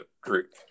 group